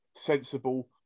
sensible